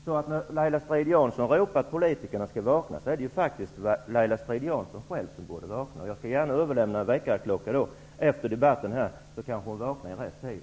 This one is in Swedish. Så när Laila Strid-Jansson ropar att politikerna skall vakna, är det faktiskt Laila Strid-Jansson själv som borde vakna. Jag skall gärna överlämna en väckarklocka efter debatten, så kanske Laila Strid Jansson vaknar i rätt tid.